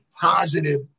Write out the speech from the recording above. positive